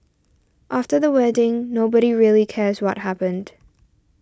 after the wedding nobody really cares what happened